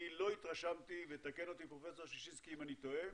אני לא התרשמתי ויתקן אותי פרופ' ששינסקי אם אני טועה